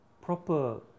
proper